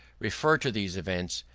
refer to these events,